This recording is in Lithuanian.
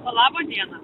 laba diena